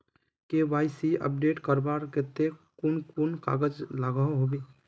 KYC update करवार केते कुन कुन कागज लागोहो होबे?